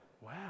Wow